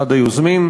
אחד היוזמים.